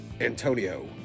Antonio